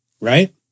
Right